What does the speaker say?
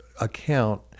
account